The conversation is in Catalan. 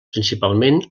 principalment